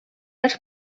els